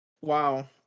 wow